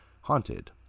haunted